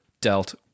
dealt